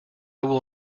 will